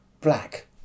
black